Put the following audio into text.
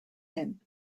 him